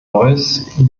neues